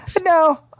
No